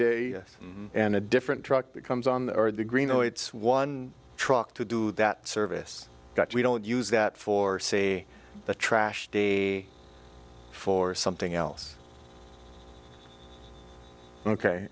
day and a different truck that comes on or the green oh it's one truck to do that service that we don't use that for say the trash day for something else ok